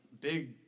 big